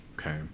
okay